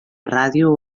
ràdio